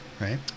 right